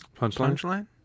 Punchline